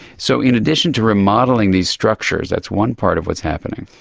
so in addition to remodelling these structures, that's one part of what's happening,